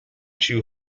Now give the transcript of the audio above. chew